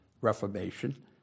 Reformation